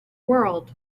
world